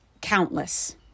Countless